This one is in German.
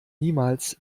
niemals